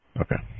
Okay